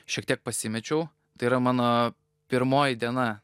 šiek tiek pasimečiau tai yra mano pirmoji diena